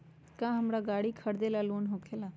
का हमरा गारी खरीदेला लोन होकेला?